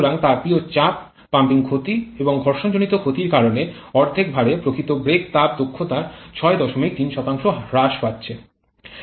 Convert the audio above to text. সুতরাং তাপীয় চাপ পাম্পিং ক্ষতি এবং ঘর্ষণজনিত ক্ষতির কারণে অর্ধেক ভারে প্রকৃত ব্রেক তাপ দক্ষতায় ৬৩ হ্রাস পাচ্ছি